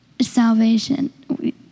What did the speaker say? salvation